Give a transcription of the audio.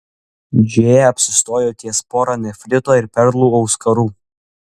džėja apsistojo ties pora nefrito ir perlų auskarų